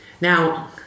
now